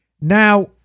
Now